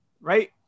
right